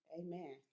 Amen